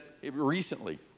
recently